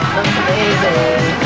amazing